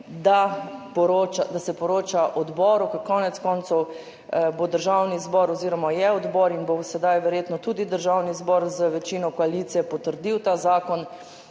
da se poroča odboru, ker konec koncev bo Državni zbor oziroma je odbor in bo sedaj verjetno tudi Državni zbor z večino koalicije potrdil ta zakon.